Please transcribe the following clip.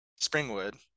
Springwood